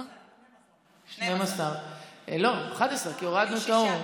12. לא, 11, כי הורדנו את זוהר.